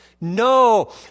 No